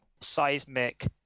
seismic